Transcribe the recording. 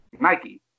Nike